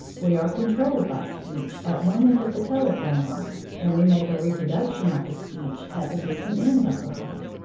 we are controlled by speech at one end of the telephone line, and we make a reproduction of the speech at the distant end of the line.